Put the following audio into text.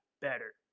better